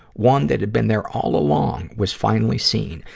one that had been there all along, was finally seen.